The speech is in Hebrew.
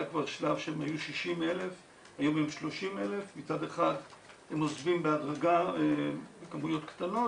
היה כבר שלב שהם היו 60,000. היום הם 30,000. מצד אחד הם עוזבים בהגדרה בכמויות קטנות,